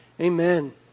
Amen